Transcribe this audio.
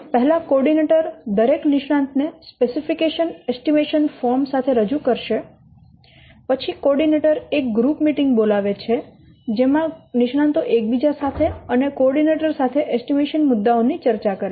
પહેલા coordinator દરેક નિષ્ણાંત ને સ્પેસિફિકેશન એસ્ટીમેશન ફોર્મ સાથે રજૂ કરશે પછી કો ઓર્ડિનેટર એક ગ્રુપ મીટિંગ બોલાવે છે જેમાં નિષ્ણાંતો એકબીજા સાથે અને કો ઓર્ડિનેટર સાથે એસ્ટીમેશન મુદ્દાઓની ચર્ચા કરે છે